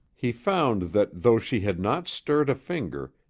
he found that though she had not stirred a finger,